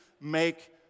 make